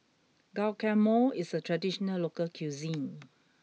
Guacamole is a traditional local cuisine